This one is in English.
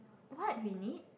what we need